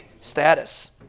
status